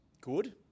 good